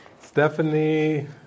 Stephanie